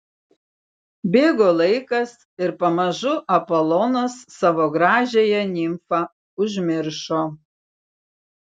bėgo laikas ir pamažu apolonas savo gražiąją nimfą užmiršo